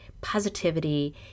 positivity